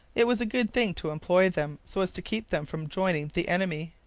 it was a good thing to employ them so as to keep them from joining the enemy.